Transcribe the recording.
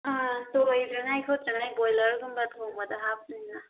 ꯑꯥ ꯇꯣꯏꯗꯅꯉꯥꯏ ꯈꯣꯠꯇꯅꯉꯥꯏ ꯕꯣꯏꯂꯔ ꯒꯨꯝꯕ ꯊꯣꯡꯕꯗ ꯍꯥꯞꯇꯣꯏꯅꯤꯗ